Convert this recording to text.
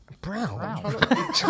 Brown